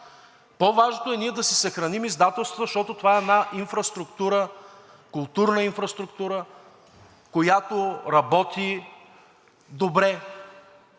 По-важното е ние да си съхраним издателствата, защото това е една културна инфраструктура, която работи добре,